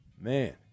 Man